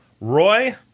Roy